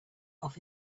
off